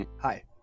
hi